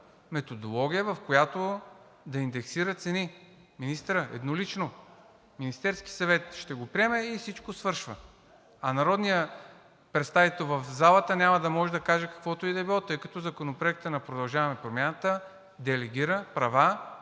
методология, в която да индексира цени. Министърът еднолично. Министерският съвет ще го приеме и всичко свършва, а народният представител в залата няма да може да каже каквото и да било, тъй като Законопроектът на „Продължаваме Промяната“ делегира права